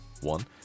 one